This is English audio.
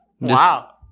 wow